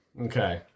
Okay